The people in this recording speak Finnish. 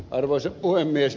arvoisa puhemies